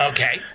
Okay